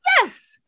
Yes